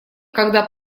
когда